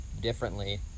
differently